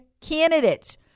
candidates